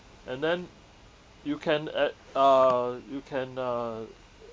and then you can add uh you can uh